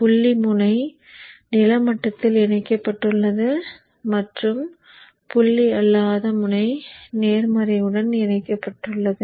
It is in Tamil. புள்ளி முனை நில மட்டத்தில் இணைக்கப்பட்டுள்ளது மற்றும் புள்ளி அல்லாத முனை நேர்மறையுடன் இணைக்கப்பட்டுள்ளது